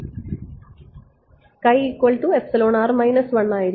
ആയിരിക്കും